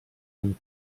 amb